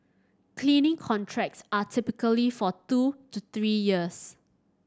cleaning contracts are typically for two to three years